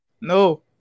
No